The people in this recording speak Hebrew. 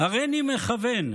"הריני מכוון".